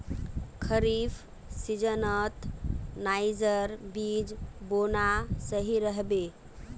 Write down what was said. खरीफ सीजनत नाइजर बीज बोना सही रह बे